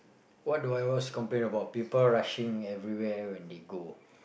what do I always complain about people rushing every where when they go